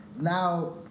now